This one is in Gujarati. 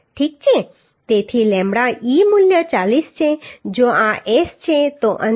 તેથી lambda e મૂલ્ય 40 છે જો આ S છે તો અંતર